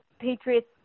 Patriots